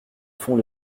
fond